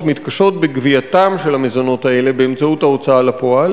מתקשות בגבייתם של המזונות האלה באמצעות ההוצאה לפועל,